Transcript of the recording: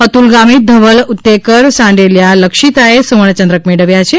અતુલ ગામિત ધવલ ઉત્તેકર સાંડેલીયા લક્ષીતાએ સુર્વણ ચંદ્રક મેળવ્યા છે